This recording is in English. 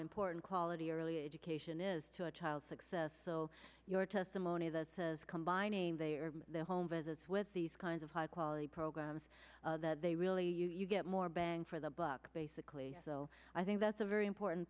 important quality early education is to a child's success so your testimony that says combining they are their home visits with these kinds of high quality programs they really you get more bang for the buck basically so i think it's a very important